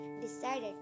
decided